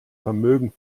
vermögen